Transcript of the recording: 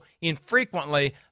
infrequently